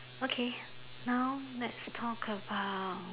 okay now let's talk about